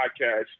podcast